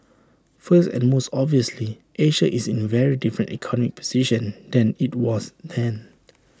first and most obviously Asia is in very different economic position than IT was then